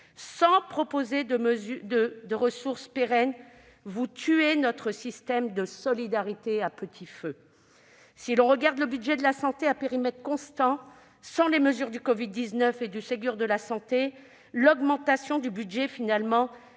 mesures de ressources pérennes, vous tuez notre système de solidarité à petit feu. Si l'on examine le budget de la santé à périmètre constant, hors covid-19 et Ségur de la santé, l'augmentation du budget n'est finalement